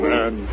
Man